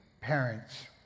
parents